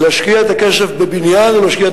להשקיע את הכסף בבניין או להשקיע את